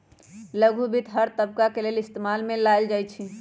लघु वित्त हर तबका के लेल इस्तेमाल में लाएल जाई छई